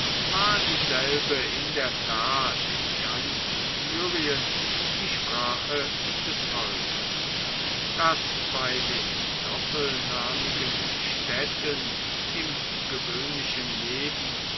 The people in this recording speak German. war dieselbe in der tat in ganz syrien die sprache des volkes das bei den doppelnamigen städten im gewöhnlichen leben